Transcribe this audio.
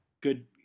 good